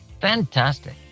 Fantastic